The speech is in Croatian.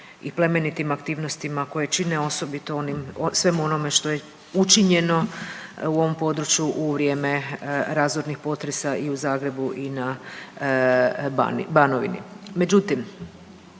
i plemenitim aktivnostima koje čine osobito svemu onome što je učinjeno u ovom području u vrijeme razornih potresa i u Zagrebu i na Banovini.